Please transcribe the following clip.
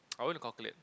I went to calculate